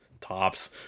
Tops